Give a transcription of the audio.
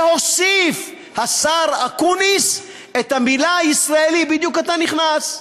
והוסיף השר אקוניס את המילה "ישראלי" בדיוק אתה נכנס.